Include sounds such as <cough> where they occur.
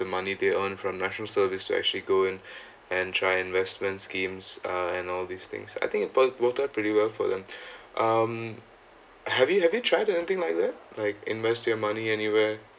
the money they earned from national service to actually go in <breath> and try investment schemes uh and all these things I think it worked worked out pretty well for them <breath> um have you have you tried to anything like that like invest your anywhere